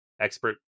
expert